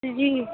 جی